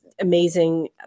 amazing